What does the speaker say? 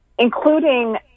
including